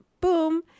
boom